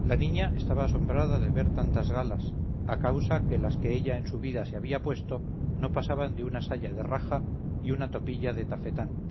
la niña estaba asombrada de ver tantas galas a causa que las que ella en su vida se había puesto no pasaban de una saya de raja y una ropilla de tafetán